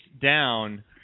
down